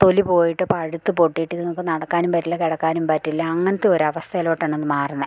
തൊലി പോയിട്ട് പഴുത്ത് പൊട്ടിയിട്ട് ഇതുങ്ങൾക്ക് നടക്കാനും പറ്റില്ല കിടക്കാനും പറ്റില്ല അങ്ങനത്തൊരവസ്ഥയിലോട്ടാണ് മാറുന്നത്